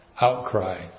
Outcry